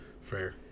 fair